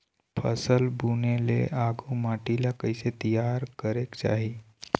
फसल बुने ले आघु माटी ला कइसे तियार करेक चाही?